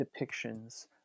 depictions